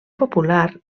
popular